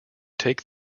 take